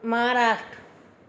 Maharashtra